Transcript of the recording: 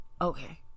Okay